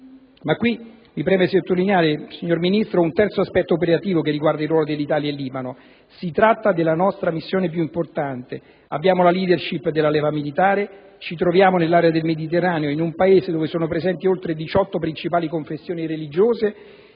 Ma qui mi preme sottolineare, signor Ministro, un terzo aspetto operativo che riguarda il ruolo dell'Italia in Libano: si tratta della nostra missione più importante. Abbiamo la *leadership* della leva militare, ci troviamo nell'area del Mediterraneo, in un Paese dove sono presenti oltre 18 principali confessioni religiose